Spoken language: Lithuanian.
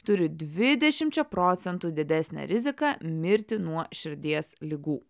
turi dvidešimčia procentų didesnę riziką mirti nuo širdies ligų